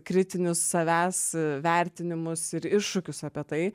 kritinius savęs vertinimus ir iššūkius apie tai